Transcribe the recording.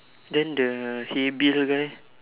then the he Bill guy